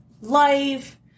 life